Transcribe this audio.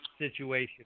situation